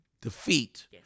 defeat